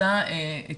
בעצם את